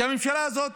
כי הממשלה הזאת